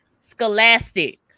Scholastic